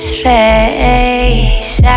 Space